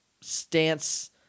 stance